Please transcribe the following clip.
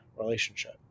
relationship